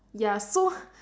ya so